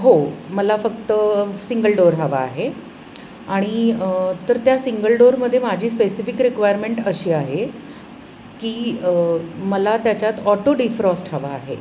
हो मला फक्त सिंगल डोअर हवा आहे आणि तर त्या सिंगल डोअरमध्ये माझी स्पेसिफिक रिक्वायरमेंट अशी आहे की मला त्याच्यात ऑटो डिफ्रॉस्ट हवा आहे